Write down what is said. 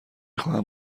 خواهم